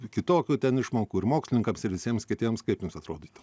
kitokių ten išmokų ir mokslininkams ir visiems kitiems kaip jums atrodytų